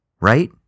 right